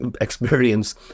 experience